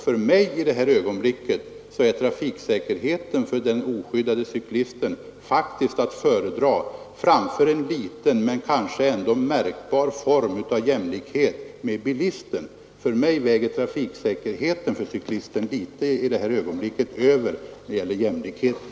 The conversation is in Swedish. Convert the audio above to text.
För mig är i det här ögonblicket trafiksäkerheten för den oskyddade cyklisten faktiskt att föredra framför en liten men kanske ändå märkbar form av jämlikhet med bilisten. För mig väger trafiksäkerheten för cyklisten lite över jäm fört med jämlikheten.